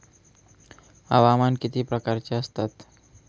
हवामान किती प्रकारचे असतात?